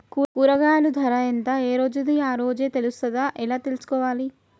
కూరగాయలు ధర ఎంత ఏ రోజుది ఆ రోజే తెలుస్తదా ఎలా తెలుసుకోవాలి?